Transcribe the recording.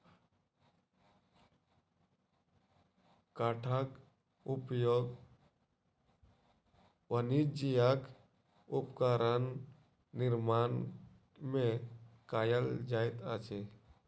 काठक उपयोग वाणिज्यक उपकरण निर्माण में कयल जाइत अछि